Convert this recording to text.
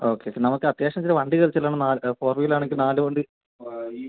okay നമുക്ക് അത്യാവശ്യത്തിന് വണ്ടി കയറി ചെല്ലണം ഫോർ വീൽ ആണെങ്കിൽ